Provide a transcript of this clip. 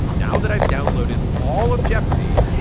now that i've downloaded all of jeopardy,